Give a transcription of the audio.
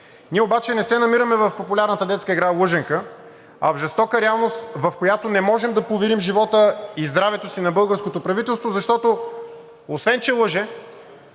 Ние обаче не се намираме в популярната детска игра лъженка, а в жестока реалност, в която не можем да поверим живота и здравето си на българското правителство, защото, освен че лъже,